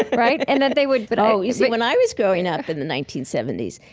right? and that they would, but oh, you see, when i was growing up in the nineteen seventy s,